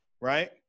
right